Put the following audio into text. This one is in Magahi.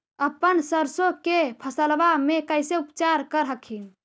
अपन सरसो के फसल्बा मे कैसे उपचार कर हखिन?